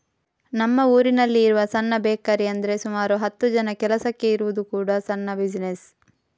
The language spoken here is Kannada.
ನಮ್ಮ ಊರಿನಲ್ಲಿ ಇರುವ ಸಣ್ಣ ಬೇಕರಿ ಅಂದ್ರೆ ಸುಮಾರು ಹತ್ತು ಜನ ಕೆಲಸಕ್ಕೆ ಇರುವುದು ಕೂಡಾ ಸಣ್ಣ ಬಿಸಿನೆಸ್